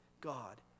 God